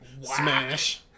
Smash